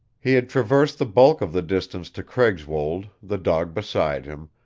he had traversed the bulk of the distance to craigswold, the dog beside him,